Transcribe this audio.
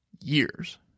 years